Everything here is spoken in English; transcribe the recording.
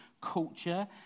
culture